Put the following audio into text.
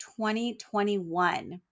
2021